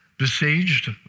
besieged